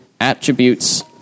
attributes